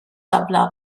tabla